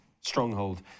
stronghold